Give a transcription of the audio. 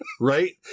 Right